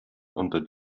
unter